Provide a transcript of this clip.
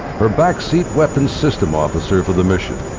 her backseat weapon's system officer for the mission.